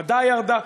בוודאי ירדה,